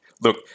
look